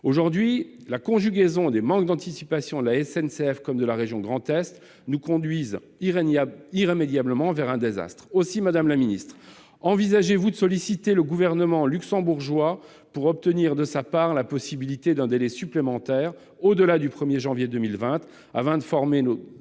Aujourd'hui, la conjugaison du manque d'anticipation de la SNCF et de la région Grand Est nous conduit irrémédiablement vers un désastre. Madame la secrétaire d'État, envisagez-vous de solliciter le gouvernement luxembourgeois pour obtenir de sa part un délai supplémentaire, au-delà du 1 janvier 2020, pour former nos